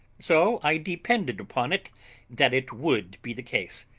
so i depended upon it that it would be the case,